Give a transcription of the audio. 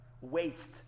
waste